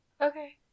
okay